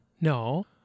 No